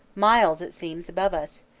miles it seems above us,